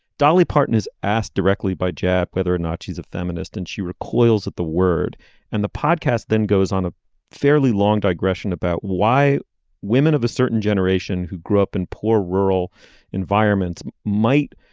dolly parton is asked directly by jack whether or not she's a feminist and she recoils at the word and the podcast then goes on a fairly long digression about why women of a certain generation who grew up in poor rural environments might